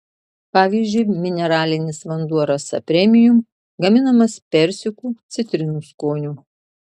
pavyzdžiui mineralinis vanduo rasa premium gaminamas persikų citrinų skonio